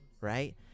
Right